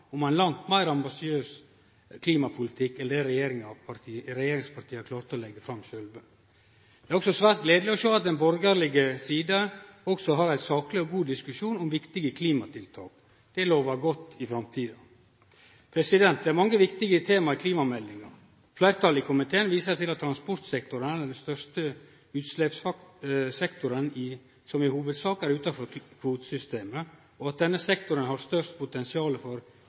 om ein langt meir ambisiøs klimapolitikk enn det regjeringspartia klarte å leggje fram sjølve. Det er også svært gledeleg å sjå at ein på borgarleg side kan ha ein sakleg og god diskusjon om viktige klimatiltak. Det lovar godt for framtida. Det er mange viktige tema i klimameldinga. Fleirtalet i komiteen viser til at transportsektoren er den største utsleppssektoren som i hovudsak er utanfor kvotesystemet, og at denne sektoren har størst potensial for